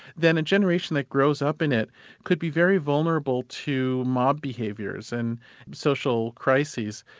then a generation that grows up in it could be very vulnerable to mob behaviours and social crises.